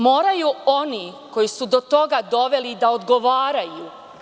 Moraju oni koji su do toga doveli da odgovaraju.